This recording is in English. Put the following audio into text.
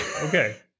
Okay